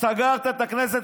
סגרת את הכנסת,